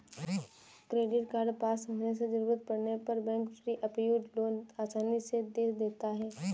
credit card पास होने से जरूरत पड़ने पर बैंक प्री अप्रूव्ड लोन आसानी से दे देता है